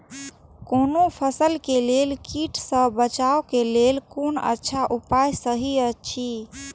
कोनो फसल के लेल कीट सँ बचाव के लेल कोन अच्छा उपाय सहि अछि?